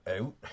out